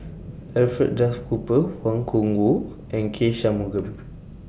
Alfred Duff Cooper Wang Gungwu and K Shanmugam